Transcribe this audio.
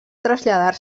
traslladar